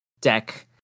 deck